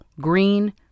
green